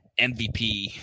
MVP